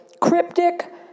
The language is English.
cryptic